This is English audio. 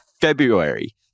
February